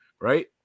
right